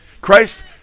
Christ